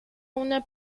una